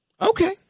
Okay